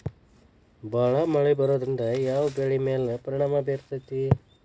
ಭಾಳ ಮಳಿ ಬರೋದ್ರಿಂದ ಯಾವ್ ಬೆಳಿ ಮ್ಯಾಲ್ ಪರಿಣಾಮ ಬಿರತೇತಿ?